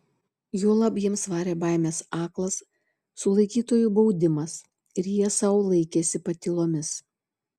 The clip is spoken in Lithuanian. juolab jiems varė baimės aklas sulaikytųjų baudimas ir jie sau laikėsi patylomis